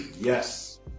yes